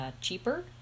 cheaper